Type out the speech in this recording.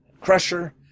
crusher